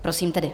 Prosím tedy.